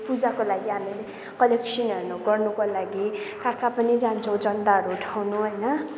पूजाको लागि हामीले कलेक्सन हेर्नु गर्नुको लागि कहाँ कहाँ पनि जान्छौँ चन्दाहरू उठाउनु होइन